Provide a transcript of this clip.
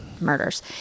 murders